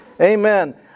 Amen